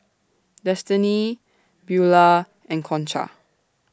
Destini Beaulah and Concha